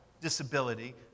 disability